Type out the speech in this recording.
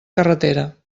carretera